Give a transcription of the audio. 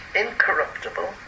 incorruptible